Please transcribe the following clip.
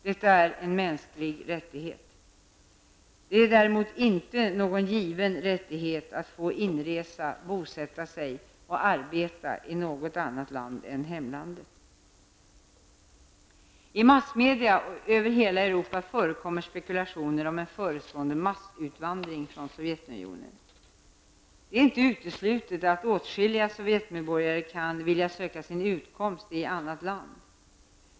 Detta är en mänsklig rättighet. Det är däremot inte någon given rättighet att få inresa, bosätta sig och arbeta i något annat land än hemlandet. I massmedia över hela Europa förekommer spekulationer om förestående massutvandring från Sovjetunionen. Det är inte uteslutet att åtskilliga Sovjetmedborgare kan vilja söka sin utkomst i något annat land.